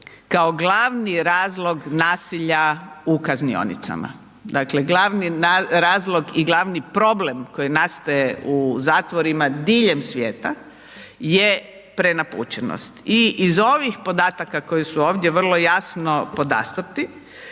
kao glavni razlog nasilja u kaznionici. Dakle glavni razlog i glavni problem koji nastaje u zatvorima diljem svijeta je prenapučenost i iz ovih podataka koji su ovdje vrlo jasno podastrti,